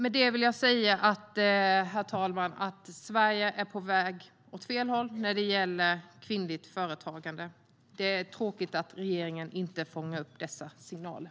Med det vill jag säga, herr talman, att Sverige är på väg åt fel håll när det gäller kvinnligt företagande. Det är tråkigt att regeringen inte fångar upp dessa signaler.